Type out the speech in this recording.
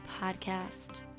podcast